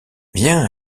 viens